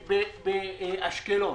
באשקלון.